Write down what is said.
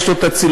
יש לו הצילומים,